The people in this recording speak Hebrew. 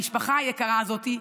לא מקשיב למשפחה היקרה הזאת,